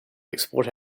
export